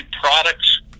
products